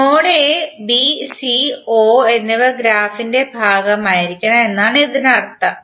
node A B C O എന്നിവ ഗ്രാഫിന്റെ ഭാഗമായിരിക്കണം എന്നാണ് ഇതിനർത്ഥം